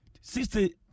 sixty